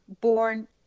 born